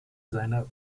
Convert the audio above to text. seiner